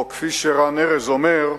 או כפי שרן ארז אומר: